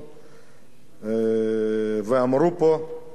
ואמרו פה, וגם שר האוצר,